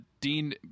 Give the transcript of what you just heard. Dean